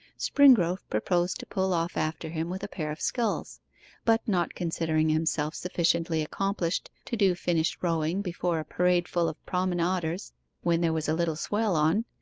springrove proposed to pull off after him with a pair of sculls but not considering himself sufficiently accomplished to do finished rowing before a parade full of promenaders when there was a little swell on,